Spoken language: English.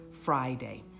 Friday